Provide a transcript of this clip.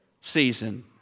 season